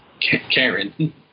Karen